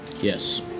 Yes